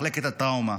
מחלקת הטראומה,